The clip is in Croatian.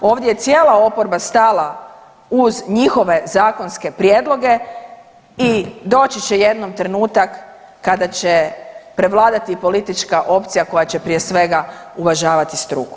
Ovdje je cijela oporba stala uz njihove zakonske prijedloge i doći će jednom trenutak kada će prevladati politička opcija koja će prije svega uvažavati struku.